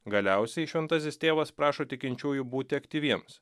galiausiai šventasis tėvas prašo tikinčiųjų būti aktyviems